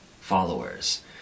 followers